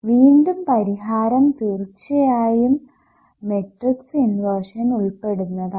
വീണ്ടും പരിഹാരം തീർച്ചയായും മെട്രിക്സ് ഇൻവെർഷൻ ഉൾപ്പെടുന്നതാണ്